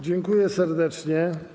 Dziękuję serdecznie.